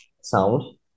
sound